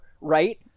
right